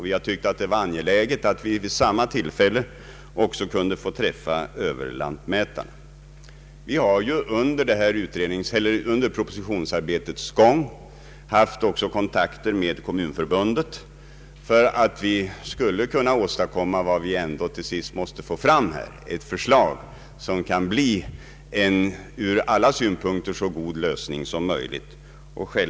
Vi har tyckt att det var angeläget att vid samma tillfälle också få träffa överlantmätarna. Vi har under propositionsarbetets gång haft kontakter även med Kommunförbundet för att kunna åstadkomma vad vi ändå till sist måste få fram — ett förslag som kan medföra en ur alla synpunkter så god lösning som möjligt.